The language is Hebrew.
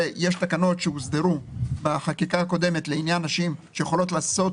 יש תקנות שהוסדרו בחקיקה הקודמת לעניין נשים שיכולות לעשות